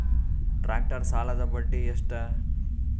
Tractor ಸಾಲದ್ದ ಬಡ್ಡಿ ಎಷ್ಟ?